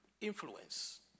influence